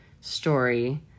story